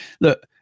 Look